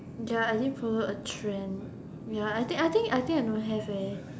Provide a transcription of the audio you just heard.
ya I didn't follow a trend ya I think I think I don't have leh